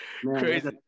Crazy